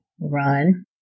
run